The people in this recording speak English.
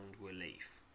relief